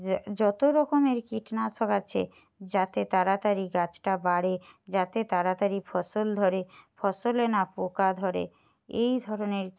যত রকমের কীটনাশক আছে যাতে তাড়াতাড়ি গাছটা বাড়ে যাতে তাড়াতাড়ি ফসল ধরে ফসলে না পোকা ধরে এই ধরনের